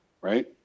right